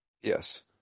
Yes